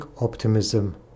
optimism